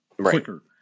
quicker